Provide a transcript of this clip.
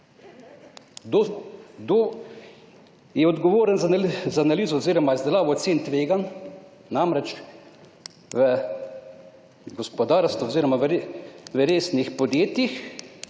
je odgovoren za analizo oziroma izdelavo ocen tveganj, namreč, v gospodarstvu oziroma v resnih podjetjih